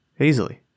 easily